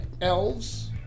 Elves